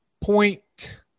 point